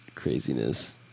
craziness